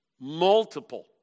multiple